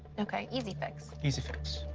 okay, easy fix. easy fix.